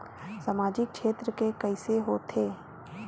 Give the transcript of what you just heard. सामजिक क्षेत्र के कइसे होथे?